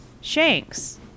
Shanks